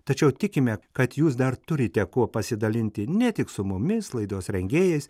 tačiau tikime kad jūs dar turite kuo pasidalinti ne tik su mumis laidos rengėjais